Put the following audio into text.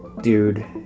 dude